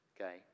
Okay